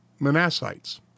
Manassites